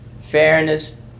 fairness